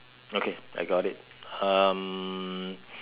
okay I got it um